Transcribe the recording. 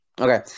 Okay